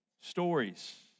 stories